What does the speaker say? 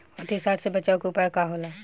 अतिसार से बचाव के उपाय का होला?